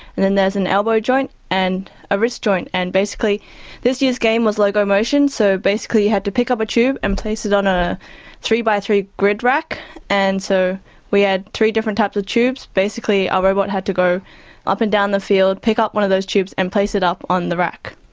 and then there's an elbow joint and a wrist joint and basically this year's game was locomotion so basically you had to pick up a tube and place it on a three x three grid rack and so we add three different types of tubes basically our robot had to go up and down the field, pick up one of those tubes and place it up on the rack.